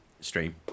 stream